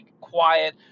quiet